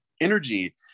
energy